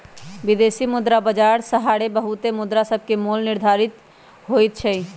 विदेशी मुद्रा बाजार सहारे बहुते मुद्रासभके मोल निर्धारित होतइ छइ